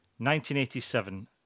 1987